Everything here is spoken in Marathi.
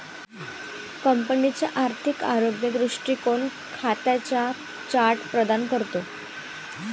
कंपनीचा आर्थिक आरोग्य दृष्टीकोन खात्यांचा चार्ट प्रदान करतो